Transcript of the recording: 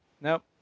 Nope